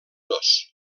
dos